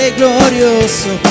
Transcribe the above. glorioso